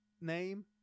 name